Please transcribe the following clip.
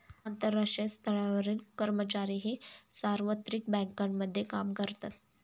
आंतरराष्ट्रीय स्तरावरील कर्मचारीही सार्वत्रिक बँकांमध्ये काम करतात